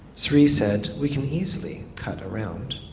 sri said, we can easily cut around.